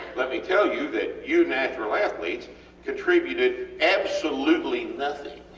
let me tell you that you natural athletes contributed absolutely nothing